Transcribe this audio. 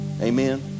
Amen